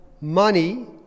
money